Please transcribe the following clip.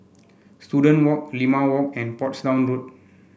Student Walk Limau Walk and Portsdown Road